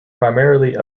primarily